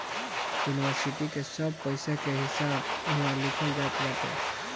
इन्वरसिटी के सब पईसा के हिसाब इहवा लिखल जात बाटे